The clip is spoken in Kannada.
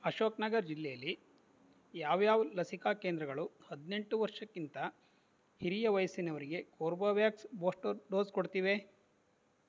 ಅಶೋಕ ನಗರ ಜಿಲ್ಲೇಲಿ ಯಾವ್ಯಾವ ಲಸಿಕಾ ಕೇಂದ್ರಗಳು ಹದಿನೆಂಟು ವರ್ಷಕ್ಕಿಂತ ಹಿರಿಯ ವಯಸ್ಸಿನವರಿಗೆ ಕೋರ್ಬೋವ್ಯಾಕ್ಸ್ ಬೂಸ್ಟರ್ ಡೋಸ್ ಕೊಡ್ತಿವೆ